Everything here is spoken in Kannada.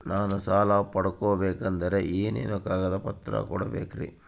ನಾನು ಸಾಲ ಪಡಕೋಬೇಕಂದರೆ ಏನೇನು ಕಾಗದ ಪತ್ರ ಕೋಡಬೇಕ್ರಿ?